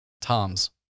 Tom's